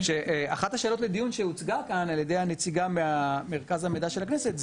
אחת מהשאלות לדיון שהוצגה כאן על ידי הנציגה ממרכז המידע של הכנסת,